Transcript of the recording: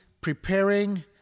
preparing